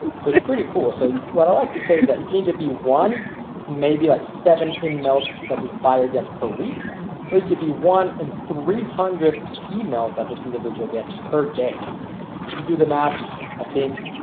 so it's pretty cool. so what i like to say is that you need to be one maybe like seven in melts that this buyer gets per week or could be one and three hundred emails that this individual gets per day you do the math i think.